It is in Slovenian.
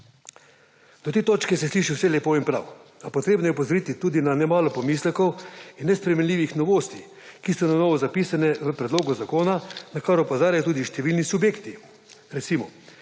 Do te točke se sliši vse lepo in prav. A treba je opozoriti tudi na nemalo pomislekov in nesprejemljivih novosti, ki so na novo zapisane v predlogu zakona, na kar opozarjajo tudi številni subjekti,